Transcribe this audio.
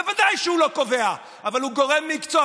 בוודאי שהוא לא קובע, אבל הוא גורם מקצוע.